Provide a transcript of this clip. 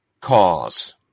cause